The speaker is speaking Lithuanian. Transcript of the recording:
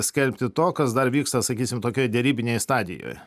skelbti to kas dar vyksta sakysim tokioj derybinėj stadijoj